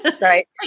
Right